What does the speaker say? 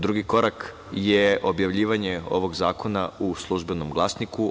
Drugi korak je objavljivanje ovog zakona u „Službenom glasniku“